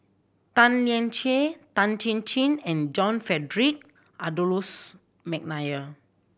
Tan Lian Chye Tan Chin Chin and John Frederick Adolphus McNair